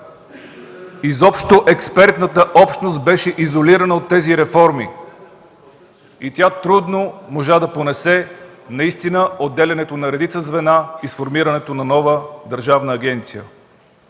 Изобщо експертната общност беше изолирана от тези реформи и тя трудно можа да понесе наистина отделянето на редица звена и сформирането на нова държавна агенция.